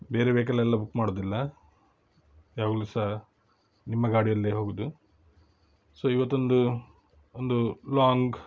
ಬೇರೆ ವೆಯ್ಕಲ್ ಎಲ್ಲ ಬುಕ್ ಮಾಡೋದಿಲ್ಲ ಯಾವಾಗಲೂ ಸಹ ನಿಮ್ಮ ಗಾಡಿಯಲ್ಲೇ ಹೋಗೋದು ಸೋ ಇವತ್ತೊಂದು ಒಂದು ಲಾಂಗ್